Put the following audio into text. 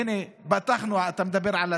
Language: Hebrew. הינה, פתחנו, אתה מדבר על התחנה,